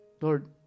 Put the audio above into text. Lord